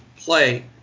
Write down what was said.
play